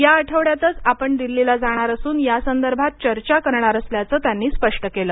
या आठवड्यातच आपण दिल्लीला जाणार असून यासंदर्भात चर्चा करणार असल्याचं त्यांनी स्पष्ट केलं